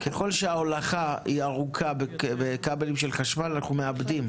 ככל שההולכה היא ארוכה בכבלים של חשמל אנחנו מאבדים.